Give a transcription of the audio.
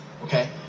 Okay